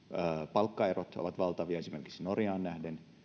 palkkaerot ovat valtavia esimerkiksi norjaan nähden